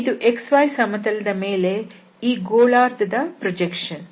ಇದು xy ಸಮತಲದ ಮೇಲೆ ಈ ಗೋಳಾರ್ಧದ ಪ್ರೊಜೆಕ್ಷನ್